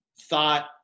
thought –